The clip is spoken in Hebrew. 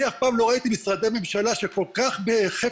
אף פעם לא ראיתי משרדי ממשלה שכל כך בחפץ